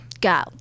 go